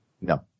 No